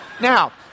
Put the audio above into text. Now